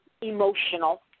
emotional